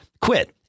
quit